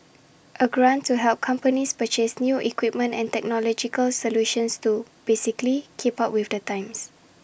A grant to help companies purchase new equipment and technological solutions to basically keep up with the times